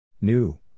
New